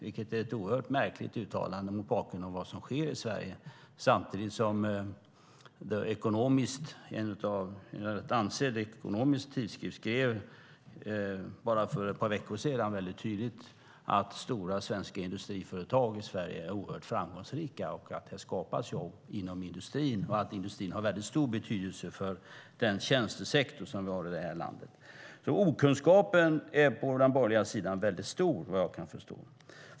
Det är oerhört märkligt uttalande mot bakgrund av vad som sker i Sverige, samtidigt som en ansedd ekonomisk tidskrift skrev mycket tydligt bara för ett par veckor sedan att stora svenska industriföretag är oerhört framgångsrika, att det skapas jobb inom industrin och att industrin har stor betydelse för den tjänstesektor som vi har i landet. Okunskapen på den borgerliga sidan är väldigt stor, vad jag kan förstå.